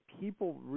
people